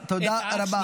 טוב, תודה רבה.